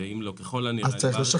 אז צריך לשחרר,